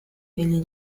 ele